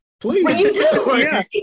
Please